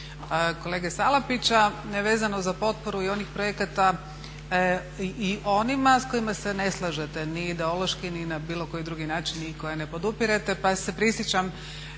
kolege Salapića vezano za potporu i onih projekata i onima s kojima se ne slažete ni ideološki, ni na bilo koji drugi način i koje ne podupirete. Pa se prisjećam